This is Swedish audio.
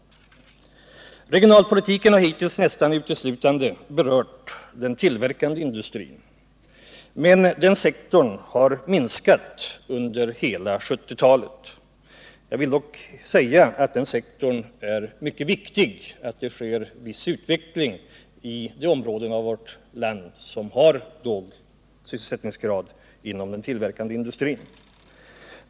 Regionalpolitiken har hittills nästan uteslutande berört den tillverkande industrin. Men den sektorn har minskat under hela 1970-talet. Jag vill dock säga att den sektorn är mycket viktig och att det blir en utveckling i de områden av vårt land som har en låg sysselsättningsgrad inom den tillverkande industrin.